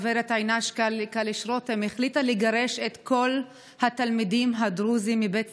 גב' עינת קליש-רותם היא החליטה לגרש את כל התלמידים הדרוזים מבית ספרה,